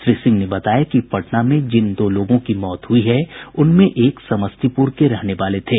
श्री सिंह ने बताया कि पटना में जिन दो लोगों की मौत हुई है उनमें एक समस्तीपुर के रहने वाले थे